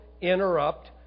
interrupt